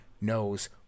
knows